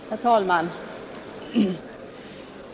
Herr talman!